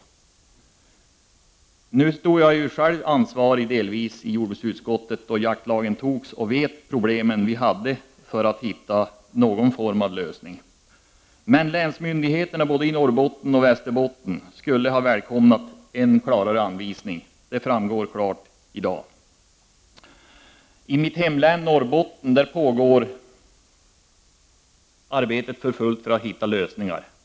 Delvis står jag själv ansvarig som ledamot av jordbruksutskottet då jaktlagen antogs och vet vilka problem vi hade att hitta någon form av lösning, men att länsmyndigheterna i både Norrbotten och Västerbotten skulle ha välkomnat en tydligare anvisning, framgår klart i dag. I mitt hemlän Norr botten pågår arbetet för fullt för att hitta lösningar.